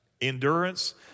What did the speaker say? Endurance